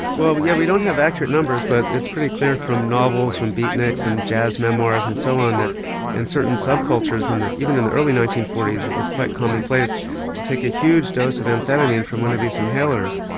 well we yeah we don't have actual numbers but it's pretty clear from novels, from beatniks and jazz memoirs and so on that in certain sub-cultures and even in the early nineteen forty s it was quite commonplace to take a huge dose of amphetamine from one of these inhalers.